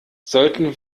sollten